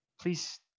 please